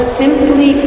simply